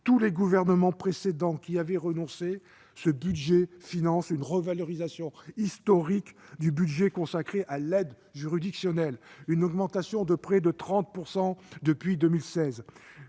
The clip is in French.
tous les gouvernements précédents y avaient renoncé. Ce PLF consacre une revalorisation historique du budget destiné à l'aide juridictionnelle, qui s'est accru de près de 30 % depuis 2016.